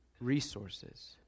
resources